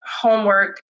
homework